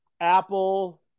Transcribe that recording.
Apple